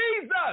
jesus